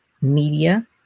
media